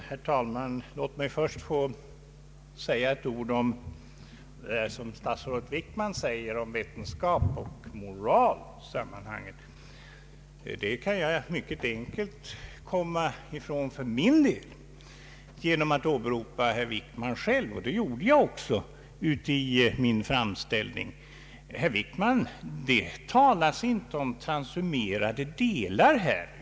Herr talman! Låt mig först säga några ord om vad statsrådet Wickman anförde beträffande vetenskap och moral i sammanhanget. För min del kan jag helt enkelt åberopa herr Wickman själv — och det gjorde jag också i min framställning. Herr Wickman!